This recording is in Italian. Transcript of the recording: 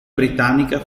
britannica